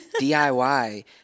DIY